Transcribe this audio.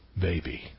baby